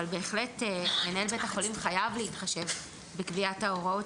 אבל בהחלט מנהל בית החולים חייב להתחשב בקביעת ההוראות